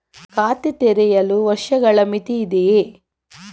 ಖಾತೆ ತೆರೆಯಲು ವರ್ಷಗಳ ಮಿತಿ ಇದೆಯೇ?